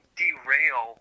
derail